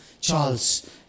Charles